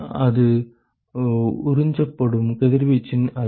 அது உறிஞ்சப்படும் கதிர்வீச்சின் அளவு